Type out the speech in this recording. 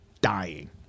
Dying